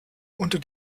unter